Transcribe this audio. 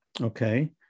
okay